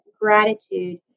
gratitude